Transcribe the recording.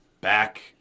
back